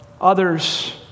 Others